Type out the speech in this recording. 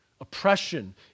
Oppression